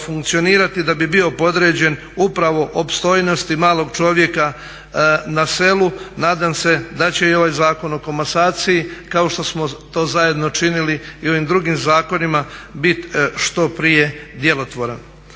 da bi bio podređen upravo opstojnosti malog čovjeka na selu, nadam se da će i ovaj Zakon o komasaciji kao što smo to zajedno činili i u ovim drugim zakonima biti što prije djelotvoran.